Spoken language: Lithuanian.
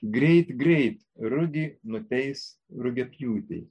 greit greit rugį nuteis rugiapjūtei